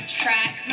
track